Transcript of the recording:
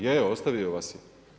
Je, ostavio vas je.